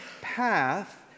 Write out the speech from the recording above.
path